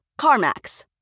CarMax